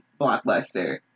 Blockbuster